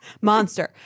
Monster